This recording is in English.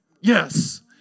Yes